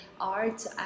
art